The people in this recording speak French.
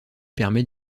permet